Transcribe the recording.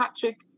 Patrick